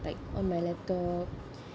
like on my laptop